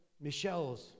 Michelle's